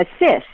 assist